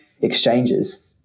exchanges